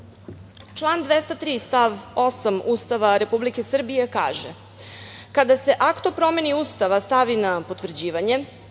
stav 8. Ustava Republike Srbije kaže: